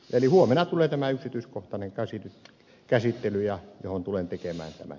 eli huomenna tulee tämä yksityiskohtainen käsittely johon tulen tekemään saman